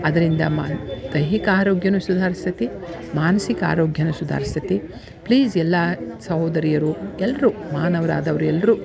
ಅದರಿಂದ ಮಾ ದೈಹಿಕ ಆರೋಗ್ಯವೂ ಸುಧಾರಿಸ್ತೈತಿ ಮಾನಸಿಕ ಆರೋಗ್ಯವೂ ಸುಧಾರಿಸ್ತೈತಿ ಪ್ಲೀಸ್ ಎಲ್ಲ ಸಹೋದರಿಯರು ಎಲ್ಲರೂ ಮಾನವರಾದವ್ರು ಎಲ್ಲರೂ